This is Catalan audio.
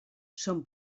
són